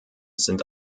sind